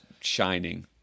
shining